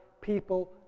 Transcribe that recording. people